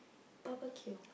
barbecue